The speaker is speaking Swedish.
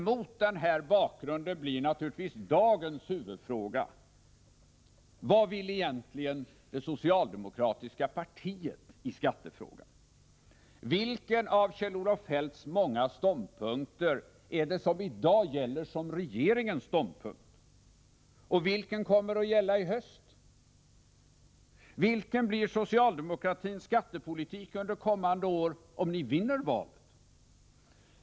Mot den här bakgrunden blir naturligtvis dagens huvudfråga: Vad vill egentligen det socialdemokratiska partiet i skattefrågan? Vilken av Kjell Olof Feldts många ståndpunkter gäller i dag som regeringens ståndpunkt? Och vilken kommer att gälla i höst? Vilken blir socialdemokratins skattepolitik under kommande år, om ni vinner valet?